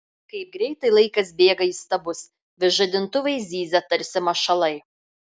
kaip greitai laikas bėga įstabus vis žadintuvai zyzia tarsi mašalai